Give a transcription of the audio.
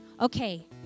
Okay